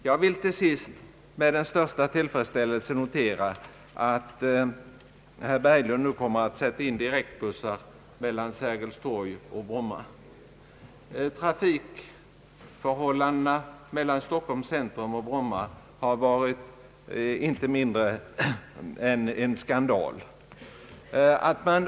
Jag vill med den största tillfredsställelse notera att herr Berglund nu kommer att sätta in direktbussar mellan Sergels torg och Bromma. Trafikförhållandena mellan Stockholms centrum och Bromma har varit inte mindre än en skandal.